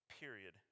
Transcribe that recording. period